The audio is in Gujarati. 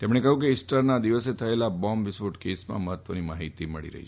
તેમણે કહ્યું કે ઈસ્ટરના દિવસે થયેલા બોંબ વિસ્ફોટ કેસમાં મહત્વની માહિતી મળી રહી છે